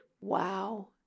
Wow